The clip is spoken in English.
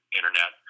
internet